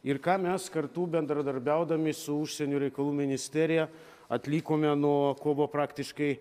ir ką mes kartu bendradarbiaudami su užsienio reikalų ministerija atlikome nuo kovo praktiškai